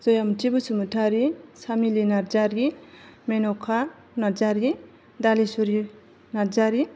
Jayamuti Basumatary Samili Narzary Menaka Narzary Dalisri Narzary